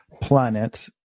planet